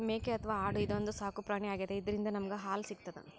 ಮೇಕೆ ಅಥವಾ ಆಡು ಇದೊಂದ್ ಸಾಕುಪ್ರಾಣಿ ಆಗ್ಯಾದ ಇದ್ರಿಂದ್ ನಮ್ಗ್ ಹಾಲ್ ಸಿಗ್ತದ್